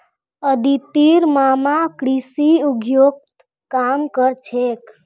अदितिर मामा कृषि उद्योगत काम कर छेक